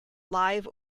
live